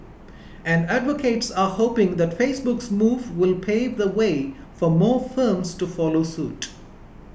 and advocates are hoping that Facebook's move will pave the way for more firms to follow suit